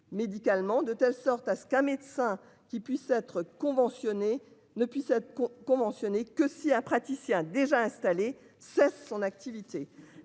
médicalement de telle sorte à ce qu'un médecin qui puissent être. Ne puissent être conventionnées que si ah praticiens déjà installés cesse son activité.